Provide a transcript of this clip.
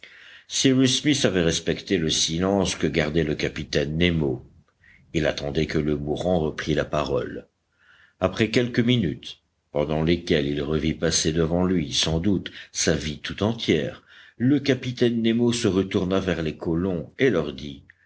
smith avait respecté le silence que gardait le capitaine nemo il attendait que le mourant reprît la parole après quelques minutes pendant lesquelles il revit passer devant lui sans doute sa vie tout entière le capitaine nemo se retourna vers les colons et leur dit